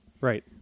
Right